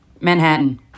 Manhattan